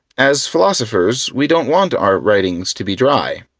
as philosophers, we don't want our writings to be dry.